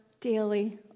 daily